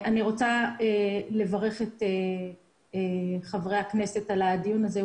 אני רוצה לברך את חברי הכנסת על הדיון הזה,